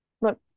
Look